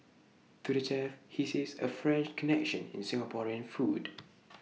to the chef he sees A French connection in Singaporean food